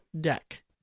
Deck